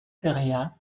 terrien